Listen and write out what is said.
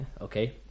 Okay